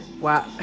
Wow